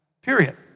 period